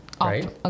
Right